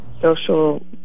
social